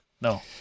No